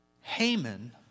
Haman